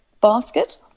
basket